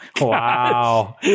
Wow